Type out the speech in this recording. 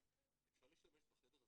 הישיבה ננעלה בשעה 12:00.